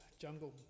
jungle